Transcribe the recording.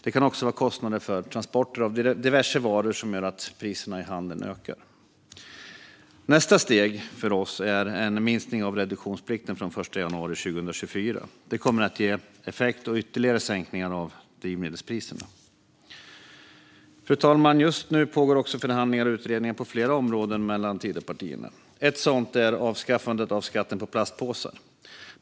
Det kan också vara kostnader för transporter av diverse varor som gör att priserna i handeln ökar. Nästa steg för oss är en minskning av reduktionsplikten från den 1 januari 2024. Det kommer att ge effekt och ge ytterligare sänkningar av drivmedelspriserna. Fru talman! Just nu pågår förhandlingar och utredningar på flera områden mellan Tidöpartierna. Ett sådant är ett avskaffande av skatten på plastpåsar.